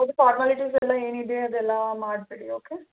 ಅದು ಫಾರ್ಮಾಲಿಟೀಸ್ ಎಲ್ಲ ಏನಿದೆ ಅದೆಲ್ಲ ಮಾಡಿಬಿಡಿ ಓಕೆ